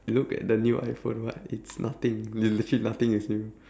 you look at the new iphone what it's nothing l~ legit nothing is new